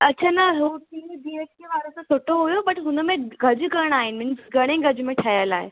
अछा न हो तीअं जे के वारो त सुठो हुयो बट हुन में गज घण आहिनि मिंस घणे गज में ठहियअलु आहे